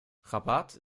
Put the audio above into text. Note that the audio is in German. rabat